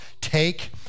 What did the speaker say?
take